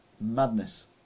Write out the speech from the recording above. Madness